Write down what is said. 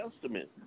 Testament